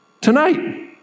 Tonight